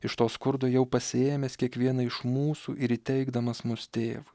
iš to skurdo jau pasiėmęs kiekvieną iš mūsų ir įteikdamas mus tėvui